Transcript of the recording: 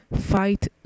fight